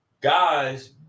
guys